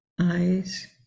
eyes